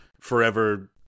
forever